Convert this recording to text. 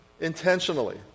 Intentionally